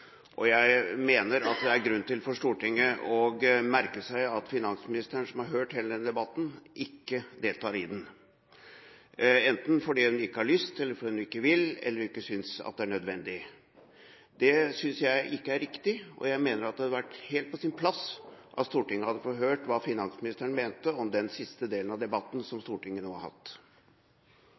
og jeg mener at det er grunn til for Stortinget å merke seg at finansministeren, som har hørt hele denne debatten, ikke deltar i den, enten fordi hun ikke har lyst, fordi hun ikke vil, eller fordi hun ikke synes at det er nødvendig. Det synes ikke jeg er riktig, og jeg mener at det hadde vært helt på sin plass at Stortinget hadde fått høre hva finansministeren mente om den siste delen av debatten som Stortinget nå har hatt.